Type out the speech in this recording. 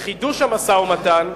בחידוש המשא-ומתן,